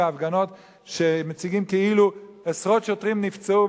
בהפגנות מציגים כאילו עשרות שוטרים נפצעו,